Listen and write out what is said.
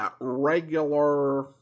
regular